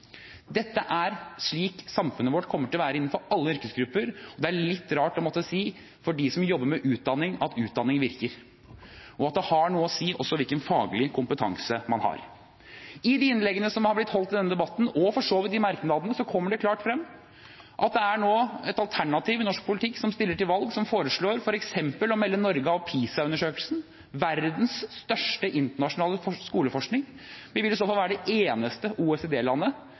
Dette er slik samfunnet vårt kommer til å være innenfor alle yrkesgrupper. Det er litt rart for dem som jobber med utdanning, å måtte si at utdanning virker, og at det har noe å si hvilken faglig kompetanse man har. I de innleggene som har blitt holdt i denne debatten, og for så vidt i merknadene, kommer det klart frem at et alternativ i norsk politikk blant dem som stiller til valg, er å melde Norge ut av PISA-undersøkelsen, verdens største internasjonale skoleforskning. Vi vil i så fall være det eneste